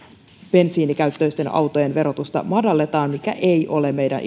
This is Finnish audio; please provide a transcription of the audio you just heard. bensiinikäyttöisten autojen verotusta madalletaan mikä ei ole meidän